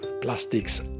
plastics